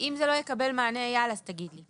אם זה לא יקבל מענה, אייל, תגיד לי.